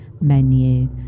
menu